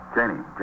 Janie